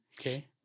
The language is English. Okay